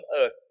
earth